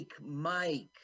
Mike